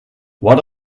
what